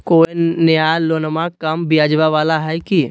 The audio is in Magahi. कोइ नया लोनमा कम ब्याजवा वाला हय की?